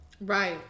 Right